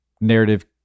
narrative